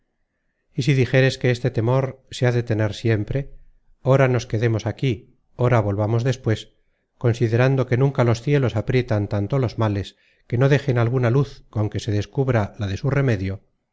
dijeres que este temor se ha de tener siempre ora nos quedemos aquí ora volvamos despues considerando que nunca los cielos aprietan tanto los males que no dejen alguna luz con que se descubra la de su remedio